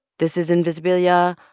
this is invisibilia.